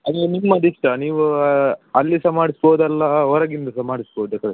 ಅದು ನಿಮ್ಮದು ಇಷ್ಟ ನೀವು ಅಲ್ಲಿ ಸಹ ಮಾಡಿಸ್ಬೋದಲ್ಲ ಹೊರಗಿಂದ ಸಹ ಮಾಡ್ಸ್ಬೋದು ಡೆಕೋರೇಷನ್